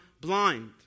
blind